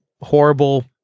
horrible